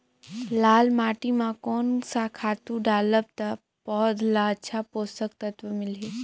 लाल माटी मां कोन सा खातु डालब ता पौध ला अच्छा पोषक तत्व मिलही?